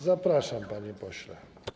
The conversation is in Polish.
Zapraszam, panie pośle.